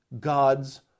God's